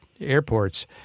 airports